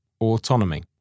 Autonomy